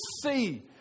see